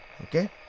okay